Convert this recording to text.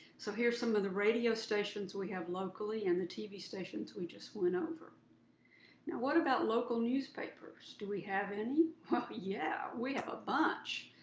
so here's some of the radio stations we have locally and the tv stations we just went over. now what about local newspapers, do we have any? we yeah we have a bunch.